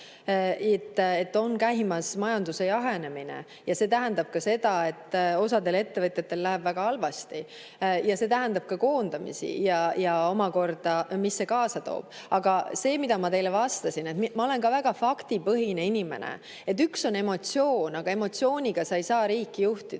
et on käimas majanduse jahenemine ja see tähendab ka seda, et osal ettevõtjatel läheb väga halvasti. See tähendab ka koondamisi ja omakorda, mis see kaasa toob. Aga see, mida ma teile vastasin – ma olen ka väga faktipõhine inimene –, et üks on emotsioon, aga emotsiooniga sa ei saa riiki juhtida.